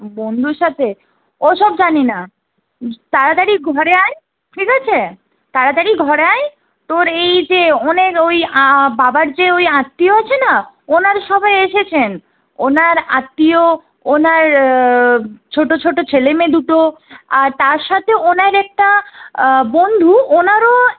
বন্ধুর সাথে ওসব জানিনা তাড়াতাড়ি ঘরে আয় ঠিক আছে তাড়াতাড়ি ঘরে আয় তোর এই যে অনেক ওই বাবার যে ওই আত্মীয় আছে না ওনারা সবাই এসেছেন ওনার আত্মীয় ওনার ছোটো ছোটো ছেলে মেয়ে দুটো আর তার সাথে ওনার একটা বন্ধু ওনারও